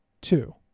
Two